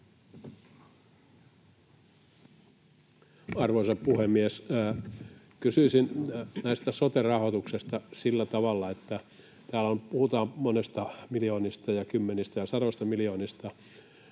Arvoisa puhemies! Kysyisin tästä sote-rahoituksesta sillä tavalla, kun täällä puhutaan monista miljoonista ja kymmenistä ja sadoista miljoonista